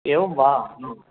एवं वा